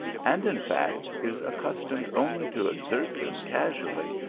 and in fact is accustomed only to exert them casually,